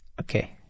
Okay